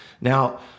Now